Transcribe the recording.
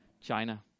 China